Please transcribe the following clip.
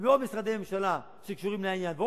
ומעוד משרדי ממשלה שקשורים לעניין,